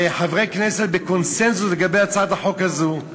וחברי הכנסת בקונסנזוס לגבי הצעת החוק הזאת,